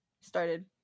Started